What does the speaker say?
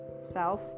self